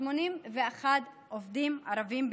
81 עובדים ערבים.